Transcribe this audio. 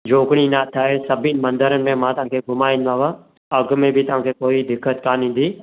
जोगिणी नाथ आहे सभिनी मंदरनि में मां तव्हांखे घुमाईंदोमांव अघ में बि तव्हांखे कोई दिक़त कान ईंदी